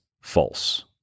false